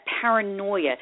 paranoia